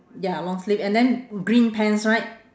ya long sleeve and then green pants right